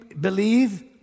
believe